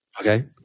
Okay